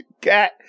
cat